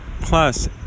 Plus